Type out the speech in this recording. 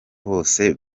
bose